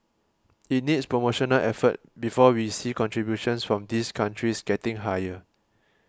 it needs promotional effort before we see contributions from these countries getting higher